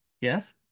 Yes